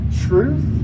truth